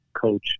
Coach